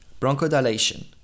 bronchodilation